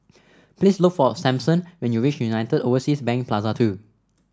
please look for Samson when you reach United Overseas Bank Plaza Two